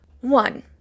One